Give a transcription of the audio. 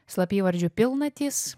slapyvardžiu pilnatys